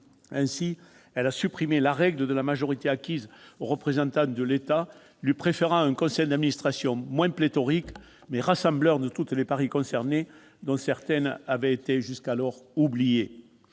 Ainsi, elle a supprimé la règle de la majorité acquise aux représentants de l'État, lui préférant un conseil d'administration moins pléthorique, mais rassembleur de toutes les parties concernées, dont certaines avaient été jusqu'alors oubliées.